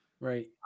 Right